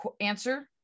answer